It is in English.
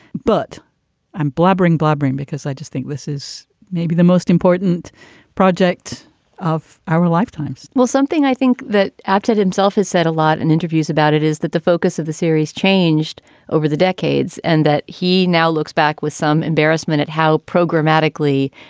but i'm blabbering blubbering because i just think this is maybe the most important project of our lifetime well, something i think that apted himself has said a lot in interviews about it is that the focus of the series changed over the decades and that he now looks back with some embarrassment at how programmatically